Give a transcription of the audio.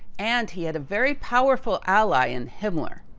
and he had a very powerful ally in himmler.